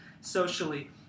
socially